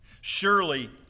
Surely